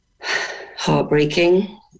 Heartbreaking